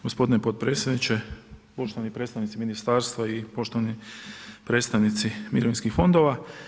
Gospodine potpredsjedniče, poštovani predstavnici ministarstva i poštovani predstavnici mirovinskih fondova.